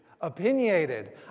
opinionated